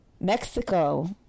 Mexico